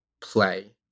play